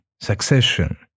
succession